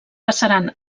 passaran